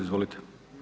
Izvolite.